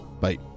Bye